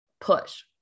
push